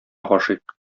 гашыйк